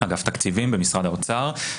אגף תקציבים במשרד האוצר.